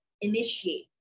initiate